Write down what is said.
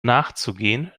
nachzugehen